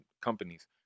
companies